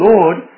Lord